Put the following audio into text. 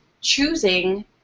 choosing